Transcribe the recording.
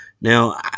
Now